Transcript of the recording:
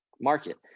market